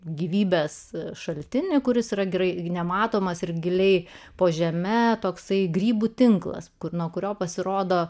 gyvybės šaltinį kuris yra gerai nematomas ir giliai po žeme toksai grybų tinklas kur nuo kurio pasirodo